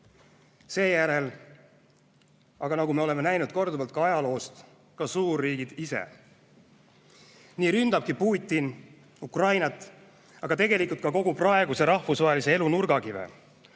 Seejärel aga, nagu me oleme näinud korduvalt ajaloost, ka suurriigid ise. Nii ründabki Putin Ukrainat, aga tegelikult ka kogu praeguse rahvusvahelise elu nurgakive,